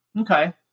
Okay